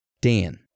Dan